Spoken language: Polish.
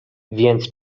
więc